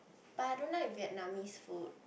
but I don't like Vietnamese food